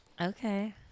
Okay